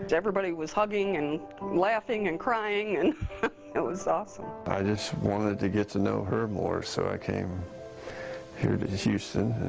everybody was hugging and laughing and crying. and it was awesome. i just wanted to get to know her more. so i came here to houston and